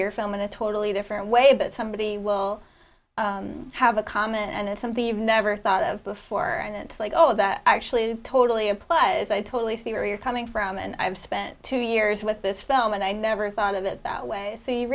your film in a totally different way but somebody will have a comment and it's something you've never thought of before and it's like oh that actually totally applies i totally see where you're coming from and i've spent two years with this film and i never thought of it that way so you